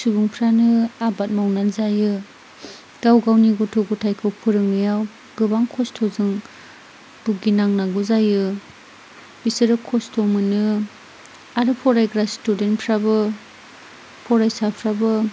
सुबुंफ्रानो आबाद मावनानै जायो गाव गावनि गथ' गथाइखौ फोरोंनायाव गोबां खस्थ'जों भुगिनांगौ जायो बिसोरो खस्थ' मोनो आरो फरायग्रा स्तुदेन्तफ्राबो फरायसाफ्राबो